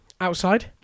outside